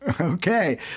okay